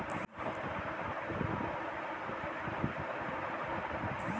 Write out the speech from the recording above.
खेत के मट्टी के ट्रैक्टर औउर सब के सहायता से जोतल जा हई